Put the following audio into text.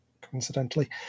coincidentally